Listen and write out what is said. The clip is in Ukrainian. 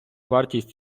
вартість